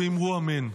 ואמרו אמן".